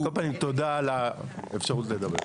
על כל פנים תודה על האפשרות לדבר.